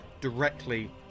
directly